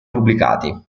pubblicati